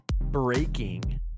Breaking